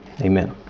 amen